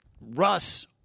Russ